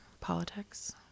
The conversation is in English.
politics